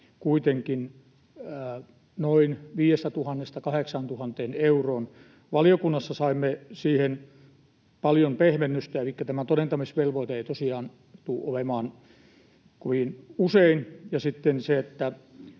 kuitenkin noin 5 000:sta 8 000:een euroon. Valiokunnassa saimme siihen paljon pehmennystä, elikkä tämä todentamisvelvoite ei tosiaan tule olemaan kovin usein, ja sitten tämä